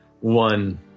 one